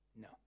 No